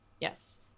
Yes